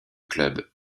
club